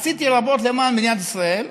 עשיתי רבות למען מדינת ישראל,